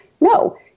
No